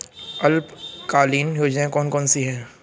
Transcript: अल्पकालीन योजनाएं कौन कौन सी हैं?